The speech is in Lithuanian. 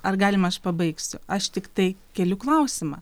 ar galima aš pabaigsiu aš tiktai keli klausimą